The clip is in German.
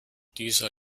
dieser